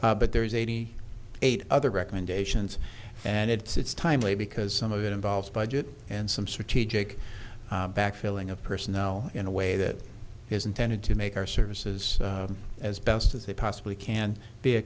white but there is eighty eight other recommendations and it's timely because some of it involves budget and some strategic backfilling of personnel in a way that is intended to make our services as best as they possibly can be a